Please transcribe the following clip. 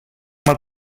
mal